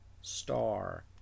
star